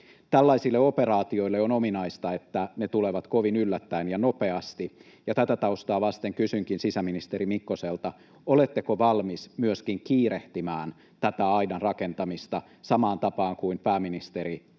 Tällaisille operaatioille on ominaista, että ne tulevat kovin yllättäen ja nopeasti, ja tätä taustaa vasten kysynkin sisäministeri Mikkoselta: oletteko myöskin valmis kiirehtimään tätä aidan rakentamista, samaan tapaan kuin pääministeri eilen